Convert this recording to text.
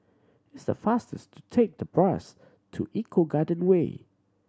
it's faster to take the bus to Eco Garden Way